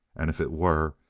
and if it were,